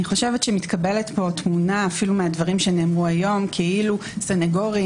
אני חושבת שמתקבלת פה תמונה אפילו מהדברים שנאמרו היום כאילו סנגורים